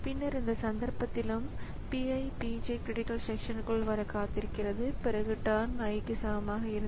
எனவே அந்த வழியில் அது ஆப்பரேட்டிங் ஸிஸ்டத்திலிருந்து ஒரு சேவையைப் பெற வேண்டும்